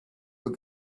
were